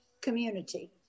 community